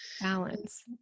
Balance